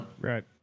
Right